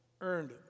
earned